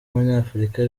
abanyafurika